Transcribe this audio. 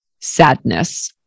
sadness